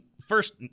First